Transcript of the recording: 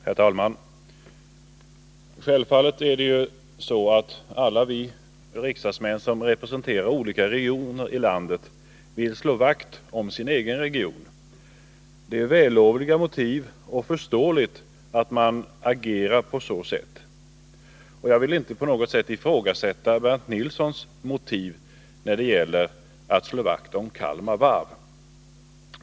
Herr talman! Självfallet är det så att alla riksdagsmän, som representerar olika regioner i landet, vill slå vakt om sin egen region. Det är ett vällovligt motiv och förståeligt att man agerar på så sätt. Jag vill inte på något sätt ifrågasätta Bernt Nilssons motiv när det gäller att slå vakt om Kalmar Varv.